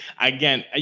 again